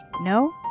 No